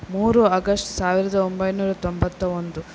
ಮೂರು ಆಗಸ್ಟ್ ಸಾವಿರದ ಒಂಬೈನೂರ ತೊಂಬತ್ತ ಒಂದು